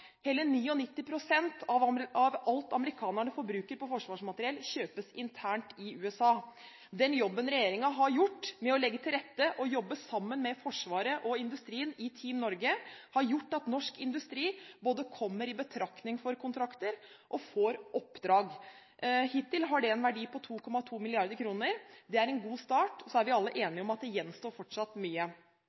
Hele 99 pst. av alt amerikanerne forbruker på forsvarsmateriell, kjøpes internt i USA. Den jobben regjeringen har gjort med å legge til rette og jobbe sammen med forsvaret og industrien i Team Norge, har gjort at norsk industri både kommer i betraktning for kontrakter og får oppdrag. Hittil har det en verdi på 2,2 mrd. kr. Det er en god start. Så er vi alle enige om at det gjenstår fortsatt mye.